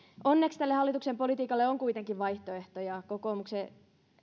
onneksi tälle hallituksen politiikalle on kuitenkin vaihtoehtoja esimerkiksi kokoomuksen